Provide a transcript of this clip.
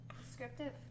Descriptive